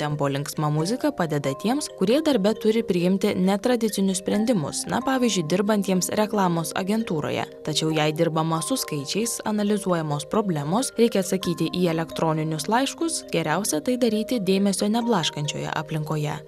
tempo linksma muzika padeda tiems kurie darbe turi priimti netradicinius sprendimus na pavyzdžiui dirbantiems reklamos agentūroje tačiau jei dirbama su skaičiais analizuojamos problemos reikia atsakyti į elektroninius laiškus geriausia tai daryti dėmesio neblaškančioje aplinkoje